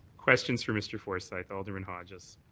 questions for mr. forsythe. alderman hodges.